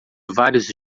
vários